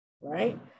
right